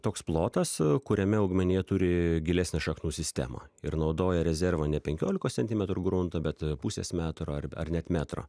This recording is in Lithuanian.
toks plotas kuriame augmenija turi gilesnę šaknų sistemą ir naudoja rezervą ne penkiolikos centimetrų grunto bet pusės metro ar be ar net metro